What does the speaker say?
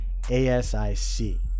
ASIC